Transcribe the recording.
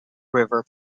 river